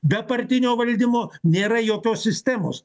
be partinio valdymo nėra jokios sistemos